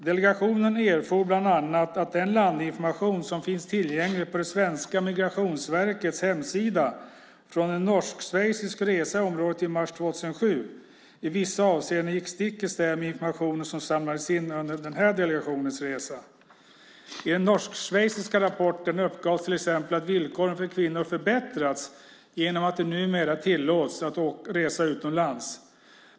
Delegationen erfor bland annat att den landinformation som finns tillgänglig på svenska Migrationsverkets hemsida från en norsk-schweizisk resa i området i mars 2007 i vissa avseenden gick stick i stäv med information som samlades in under den här delegationens resa. I den norsk-schweiziska rapporten uppgavs till exempel att villkoren för kvinnor förbättrats genom att de numera tillåts resa utomlands.